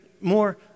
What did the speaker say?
more